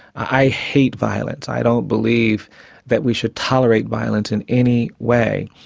i hate violence. i don't believe that we should tolerate violence in any way,